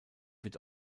wird